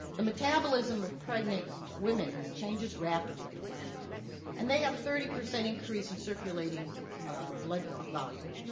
the metabolism of pregnant women changes rapidly and they have a thirty percent increase in circulating blood volume.